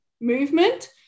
movement